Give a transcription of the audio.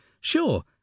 Sure